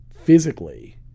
physically